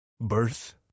birth